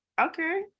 okay